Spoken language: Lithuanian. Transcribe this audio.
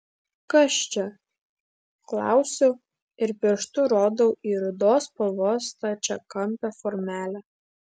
kas čia klausiu ir pirštu rodau į rudos spalvos stačiakampę formelę